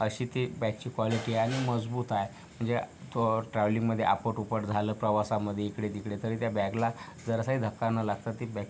अशी ती बॅगची कॉलीटी आहे आणि मजबूत आहे म्हणजे थोड ट्रॅव्हलिंगमध्ये आपट उपट झालं प्रवासामध्ये इकडे तिकडे तरी त्या बॅगला जरासाही धक्का न लागता ती बॅग